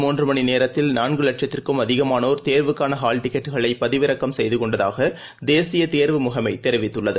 மூன்றுமணிநேரத்தில் நான்குலட்சத்திற்கும் அதிகமானோர் தேர்வுக்கானஹால் முதல் டிக்கெட்டுக்களைபதிவிறக்கம் செய்துகொண்டதாகதேசியதேர்வு முகமைதெரிவித்துள்ளது